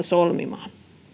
solmimaan